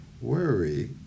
worry